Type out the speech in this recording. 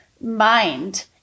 mind